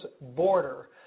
border